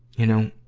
you know,